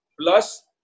plus